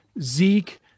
Zeke